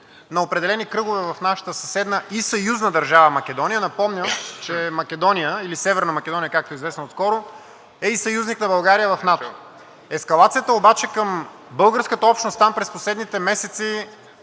на определени кръгове в нашата съседна и съюзна държава Македония. Напомням, че Македония – или Северна Македония, както е известна отскоро, е и съюзник на България в НАТО. Ескалацията обаче към българската общност там през последните месеци,